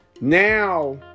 Now